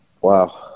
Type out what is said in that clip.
Wow